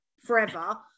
forever